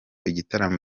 igitaramo